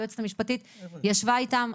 היועצת המשפטית ישבה איתם,